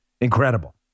Incredible